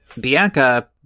Bianca